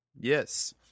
yes